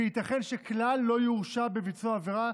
וייתכן שכלל לא יורשע בביצוע העבירה